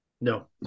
No